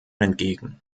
entgegen